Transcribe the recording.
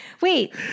Wait